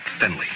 Finley